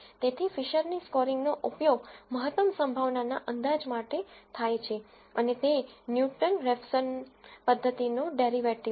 તેથી ફિશરની સ્કોરિંગનો ઉપયોગ મહત્તમ પ્રોબેબ્લીટીના અંદાજ માટે થાય છે અને તે ન્યૂટન રેફસન પદ્ધતિનો ડેરીવેટીવ છે